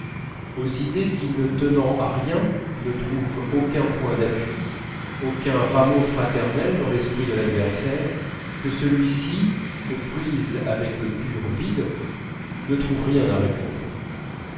aux idées qui ne tenant à rien ne trouvent aucun point d'appui aucun rameau fraternel dans l'esprit de l'adversaire que celui-ci aux prises avec le pur vide ne trouve rien à répondre